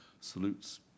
salutes